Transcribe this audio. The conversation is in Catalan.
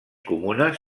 comunes